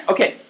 Okay